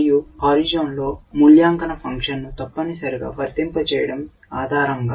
మరియు హోరిజోన్లో మూల్యాంకన ఫంక్షన్ను తప్పనిసరిగా వర్తింపజేయడం ఆధారంగా